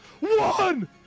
One